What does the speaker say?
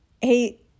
hey